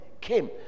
came